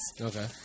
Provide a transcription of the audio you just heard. Okay